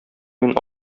мин